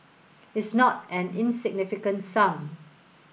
it's not an insignificant sum